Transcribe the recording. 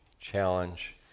challenge